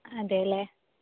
അതെയല്ലേ